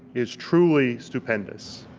is truly stupendous.